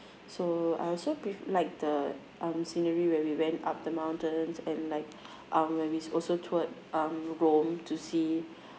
so I also pre~ like the um scenery where we went up the mountains and like um when we also toured um rome to see